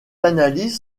analyses